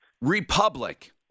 Republic